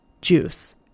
juice